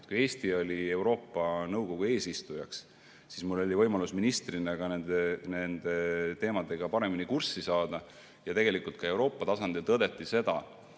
Kui Eesti oli Euroopa Nõukogu eesistuja, siis oli mul võimalus ministrina nende teemadega paremini kurssi saada. Ka Euroopa tasandil tõdeti seda,